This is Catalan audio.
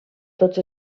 tots